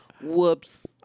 whoops